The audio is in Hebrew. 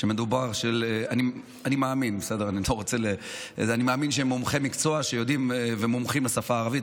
אני מאמין שהם מומחי מקצוע שיודעים ומומחים בשפה הערבית,